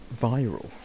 viral